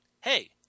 hey